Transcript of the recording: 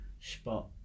spot